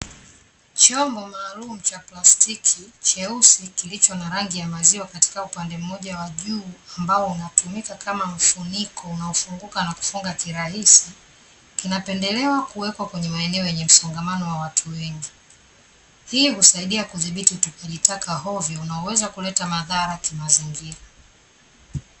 Chombo maalumu cha plastiki cheusi kilicho na rangi ya maziwa katika upande mmoja wa juu, ambao unatumika kama mfuniko unaofunguka na kufunga kirahisi. Kinapendelewa kuwekwa kwenye maeneo yenye msongamano wa watu wengi, hii husaidia kudhibiti utupaji taka hovyo unaoweza kuleta madhara kimazingira.